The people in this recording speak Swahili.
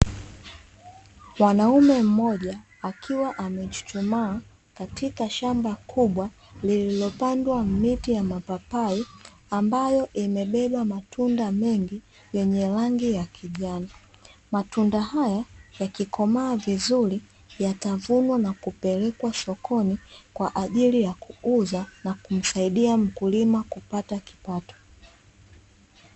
Mwanaume mmoja akiwa amechuchumaa katika shamba kubwa liliopandwa miti ya mapapai, ambayo imebeba matunda mengi yenye rangi ya kijani, matunda hayo yakikomaa vizuri yatavunwa na kupelekwa sokoni kwaajili ya kuuza na kumsahidia mkulima kupata kipato.